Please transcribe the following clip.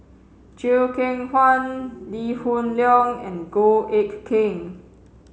Chew Kheng Chuan Lee Hoon Leong and Goh Eck Kheng